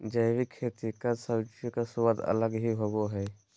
जैविक खेती कद सब्जियों के स्वाद अलग ही होबो हइ